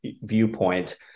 viewpoint